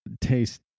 taste